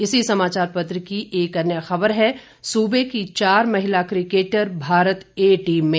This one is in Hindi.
इसी समाचार पत्र की एक अन्य खबर है सूबे की चार महिला किकेटर भारत ए टीम में